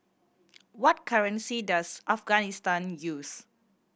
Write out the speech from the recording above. what currency does Afghanistan use